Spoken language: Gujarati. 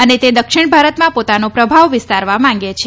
અને તે દક્ષિણ ભારતમાં પોતાનો પ્રભાવ વિસ્તારવા માગે છે